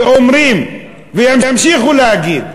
ואומרים, וימשיכו להגיד,